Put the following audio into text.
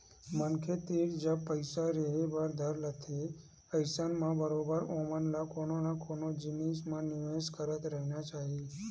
मनखे तीर जब पइसा रेहे बर धरथे अइसन म बरोबर ओमन ल कोनो न कोनो जिनिस म निवेस करत रहिना चाही